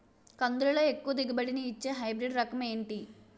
కందుల లో ఎక్కువ దిగుబడి ని ఇచ్చే హైబ్రిడ్ రకం ఏంటి?